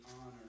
honor